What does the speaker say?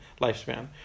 lifespan